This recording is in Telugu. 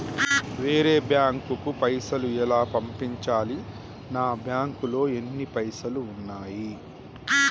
వేరే బ్యాంకుకు పైసలు ఎలా పంపించాలి? నా బ్యాంకులో ఎన్ని పైసలు ఉన్నాయి?